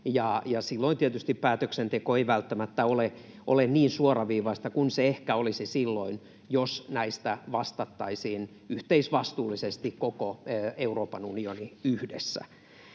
silloin tietysti päätöksenteko ei välttämättä ole niin suoraviivaista kuin se ehkä olisi silloin, jos näistä vastattaisiin yhteisvastuullisesti, koko Euroopan unioni yhdessä.